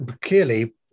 Clearly